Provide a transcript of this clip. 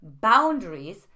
boundaries